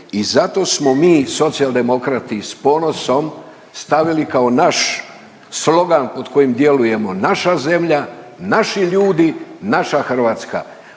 i zato smo mi Socijaldemokrati s ponosom stavili kao naš slogan pod kojim djelujemo „Naša zemlja, naši ljudi, naša Hrvatska“.